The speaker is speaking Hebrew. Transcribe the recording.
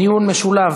דיון משולב